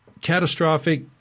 catastrophic